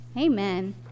Amen